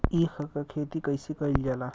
ईख क खेती कइसे कइल जाला?